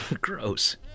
Gross